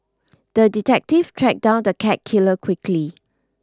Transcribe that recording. the detective tracked down the cat killer quickly